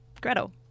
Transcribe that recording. Gretel